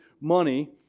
money